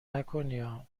نکنیا